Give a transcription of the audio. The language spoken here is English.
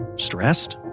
stressed?